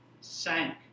sank